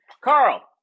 Carl